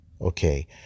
Okay